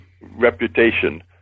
reputation